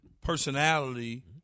personality